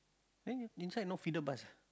then in inside no feeder bus